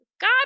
God